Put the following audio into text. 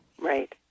Right